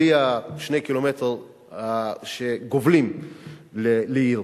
בלי 2 הקילומטרים שגובלים בעיר,